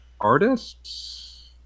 artists